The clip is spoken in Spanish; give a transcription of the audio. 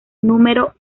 nro